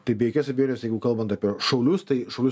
tai be jokios abejonės jeigu kalbant apie šaulius tai šaulių